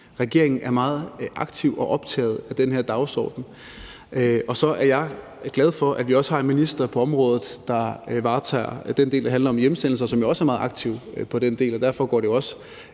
Regeringen er meget aktiv og optaget af den her dagsorden. Og så er jeg glad for, at vi også har en minister på området, som varetager den del, der handler om hjemsendelser, og som jo også er meget aktiv på den del. Derfor går det også